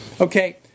Okay